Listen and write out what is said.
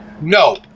No